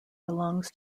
belongs